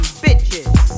bitches